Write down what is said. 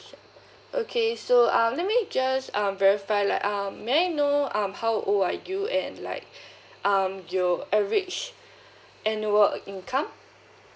okay so um let me just um verify that um may I know um how old are you and like um you average annual income